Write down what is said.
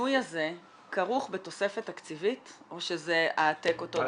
השינוי הזה כרוך בתוספת תקציבית או שזה העתק אותו דבר?